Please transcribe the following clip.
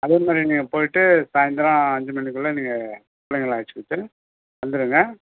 அதேமாதிரி நீங்கள் போய்ட்டு சாய்ந்தரம் அஞ்சு மணிக்குள்ளே நீங்கள் பிள்ளைகள அழைச்சிக்கிட்டு வந்துடுங்க